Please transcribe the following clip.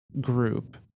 group